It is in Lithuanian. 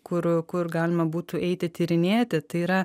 kur kur galima būtų eiti tyrinėti tai yra